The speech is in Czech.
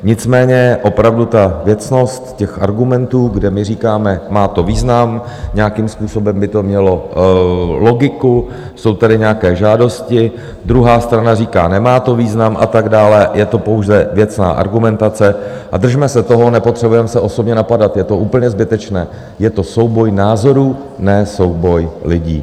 Nicméně opravdu ta věcnost argumentů, kde my říkáme má to význam, nějakým způsobem by to mělo logiku, jsou tady nějaké žádosti, druhá strana říká nemá to význam, a tak dále, je to pouze věcná argumentace a držme se toho, nepotřebujeme se osobně napadat, je to úplně zbytečné, je to souboj názorů, ne souboj lidí.